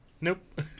Nope